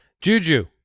juju